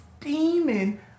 steaming